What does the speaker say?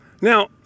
Now